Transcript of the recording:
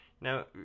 now